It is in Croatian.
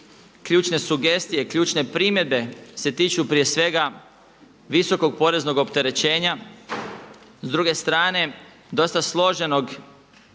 ključne sugestije, ključne primjedbe se tiču prije svega visokog poreznog opterećenja, s druge strane dosta složenog